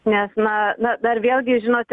nes na na dar vėlgi žinote